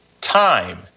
time